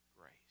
grace